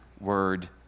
word